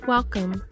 Welcome